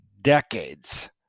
decades